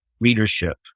readership